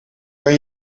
kan